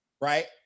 right